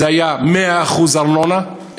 זה היה 100% ארנונה,